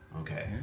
Okay